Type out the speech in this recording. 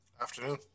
Afternoon